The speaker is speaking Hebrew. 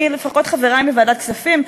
לפחות חברי מוועדת הכספים,